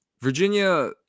Virginia